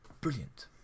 brilliant